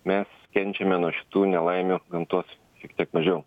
mes kenčiame nuo šitų nelaimių gamtos šiek tiek mažiau